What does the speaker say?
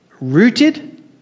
rooted